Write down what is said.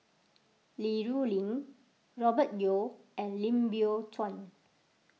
Li Rulin Robert Yeo and Lim Biow Chuan